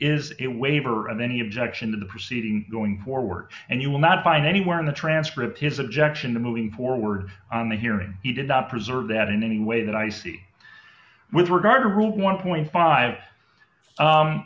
is it waiver of any objection to the proceeding going forward and you will not find anywhere in the transfer of his objection to moving forward on the hearing he did up preserve that in any way that i see with regard to rule one point five